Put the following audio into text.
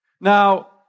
Now